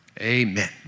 Amen